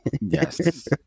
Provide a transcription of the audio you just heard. Yes